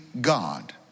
God